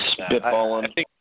Spitballing